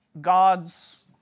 God's